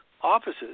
offices